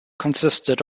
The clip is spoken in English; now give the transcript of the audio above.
consisted